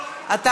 מעוניין.